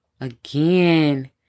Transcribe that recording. Again